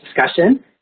discussion